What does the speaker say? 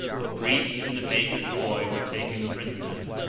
the priest and the baker's boy were taken prisoners.